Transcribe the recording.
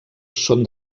són